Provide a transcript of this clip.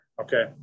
Okay